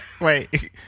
Wait